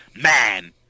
Man